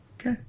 Okay